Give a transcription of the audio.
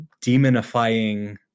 demonifying